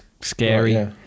scary